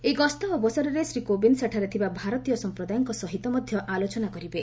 ଏହି ଗସ୍ତ ଅବସରରେ ଶ୍ରୀ କୋବିନ୍ଦ ସେଠାରେ ଥିବା ଭାରତୀୟ ସମ୍ପ୍ରଦାୟଙ୍କ ସହିତ ମଧ୍ୟ ଆଲୋଚନା କରିବେ